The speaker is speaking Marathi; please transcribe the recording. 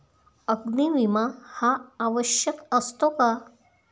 अग्नी विमा हा आवश्यक असतो का?